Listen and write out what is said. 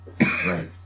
Right